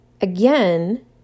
Again